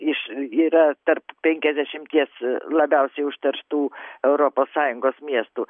iš yra tarp penkiasdešimties labiausiai užterštų europos sąjungos miestų